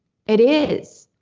it is.